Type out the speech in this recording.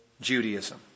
Judaism